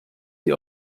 sie